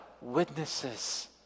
Witnesses